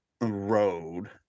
road